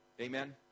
Amen